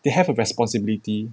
they have a responsibility